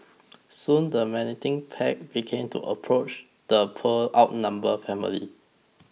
soon the menacing pack began to approach the poor outnumbered family